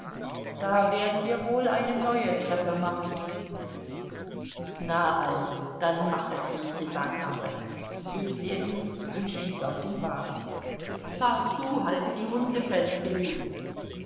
da werden wir wohl eine neue treppe machen müssen na also dann mach es wie ich gesagt habe rief ljewin und stieg auf den wagen fahr zu halte die hunde fest